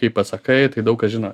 kai pasakai tai daug kas žino